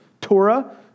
Torah